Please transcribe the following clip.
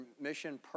mission